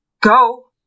go